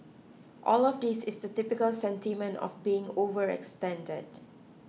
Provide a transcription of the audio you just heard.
all of this is the typical sentiment of being overextended